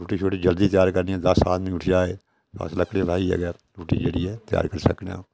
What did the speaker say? रुट्टी जल्दी त्यार करनी होऐ ते दस्स आदमी उठी आए अस लकड़ियां लाइयै अपनी रुट्टी त्यार करी सकने आं